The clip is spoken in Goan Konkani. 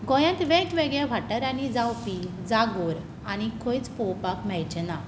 गोंयांत वेगवेगळ्या वाठारांनी जावपी जागोर आनी खंयच पळोवपाक मेळचे नात